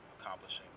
accomplishing